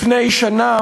לפני שנה,